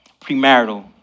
premarital